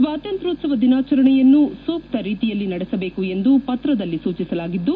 ಸ್ವಾತಂತ್ರ್ಕ್ವೋತ್ಸವ ದಿನಾಚರಣೆಯನ್ನು ಸೂಕ್ತ ರೀತಿಯಲ್ಲಿ ನಡೆಸಬೇಕು ಎಂದು ಪತ್ರದಲ್ಲಿ ಸೂಚಿಸಿದ್ದು